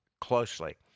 closely